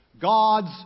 God's